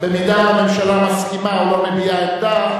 הממשלה מסכימה או לא מביעה עמדה,